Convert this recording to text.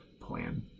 plan